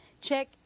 Check